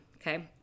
okay